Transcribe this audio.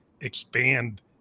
expand